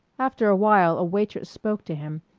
after a while a waitress spoke to him,